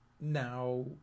Now